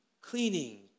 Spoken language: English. cleaning